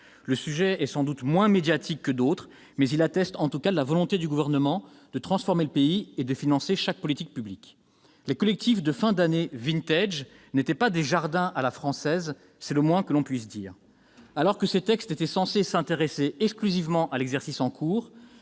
Le sujet est sans doute moins médiatique que d'autres, mais il atteste en tout cas de la volonté du Gouvernement de transformer le pays et de financer chaque politique publique. Les collectifs de fin d'année n'étaient pas des jardins à la française, c'est le moins que l'on puisse dire ! Alors que ces textes étaient censés s'intéresser exclusivement à l'exercice en cours,